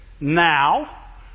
now